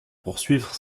poursuivre